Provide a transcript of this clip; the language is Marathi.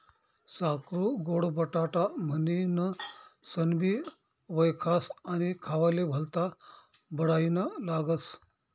साकरु गोड बटाटा म्हनीनसनबी वयखास आणि खावाले भल्ता बडाईना लागस